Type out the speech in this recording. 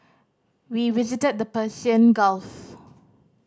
we visited the Persian Gulf